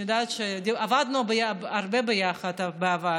עבדנו הרבה ביחד בעבר.